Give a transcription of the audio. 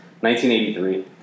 1983